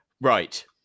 Right